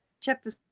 chapter